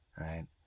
right